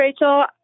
Rachel